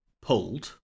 pulled